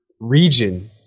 region